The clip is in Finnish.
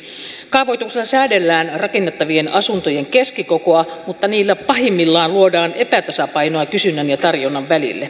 kaavoituksella säädellään rakennettavien asuntojen keskikokoa mutta niillä pahimmillaan luodaan epätasapainoa kysynnän ja tarjonnan välille